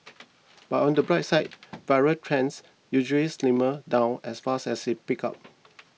but on the bright side viral trends usually slimmer down as fast as it peaks up